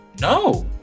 No